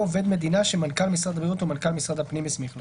או עובד מדינה שמנכ"ל משרד הבריאות או מנכ"ל משרד הפנים הסמיך לכך.